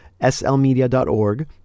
slmedia.org